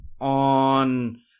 on